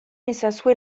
ezazue